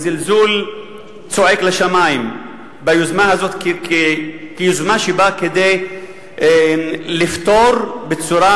וזלזול צועק לשמים ביוזמה הזאת כיוזמה שבאה לפתור בצורה